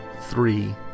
three